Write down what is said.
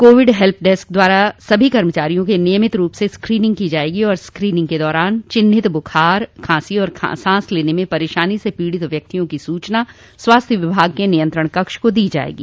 Covid help desk द्वारा सभी कर्मचारियों की नियमित रूप से स्क्रीनिंग की जायेगी और स्क्रीनिंग के दौरान चिन्हित बुखार खांसी और सांस लेने में परेशानी से पीड़ित व्यक्तियों की सूचना स्वास्थ्य विभाग के नियंत्रण कक्ष को दी जायेगी